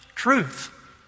truth